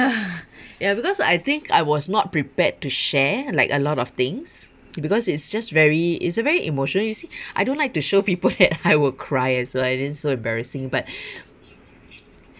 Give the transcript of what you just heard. because I think I was not prepared to share like a lot of things because it's just very is a very emotional you see I don't like to show people that I will cry as well I think it's so embarrassing but